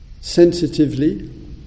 sensitively